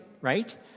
right